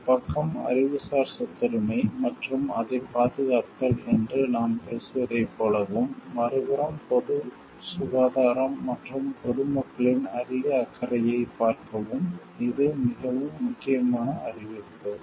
ஒரு பக்கம் அறிவுசார் சொத்துரிமை மற்றும் அதைப் பாதுகாத்தல் என்று நாம் பேசுவதைப் போலவும் மறுபுறம் பொது சுகாதாரம் மற்றும் பொதுமக்களின் அதிக அக்கறையைப் பார்க்கவும் இது மிகவும் முக்கியமான அறிவிப்பு